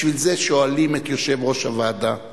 כאשר תהיה אי-שוויוניות בין אנשים